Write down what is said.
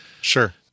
Sure